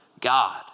God